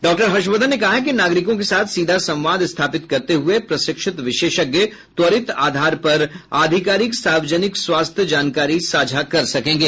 doctor Harshvardhan ने कहा कि नागरिकों के साथ सीधा संवाद स्थापित करते हुए प्रशिक्षित विशेषज्ञ त्वरित आधार पर आधिकारिक सार्वजनिक स्वास्थ्य जानकारी साझा कर सकेंगे